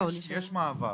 יש מעבר.